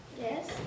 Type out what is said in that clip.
yes